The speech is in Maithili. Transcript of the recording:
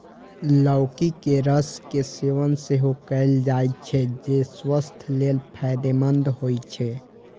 लौकी के रस के सेवन सेहो कैल जाइ छै, जे स्वास्थ्य लेल फायदेमंद होइ छै